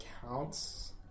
counts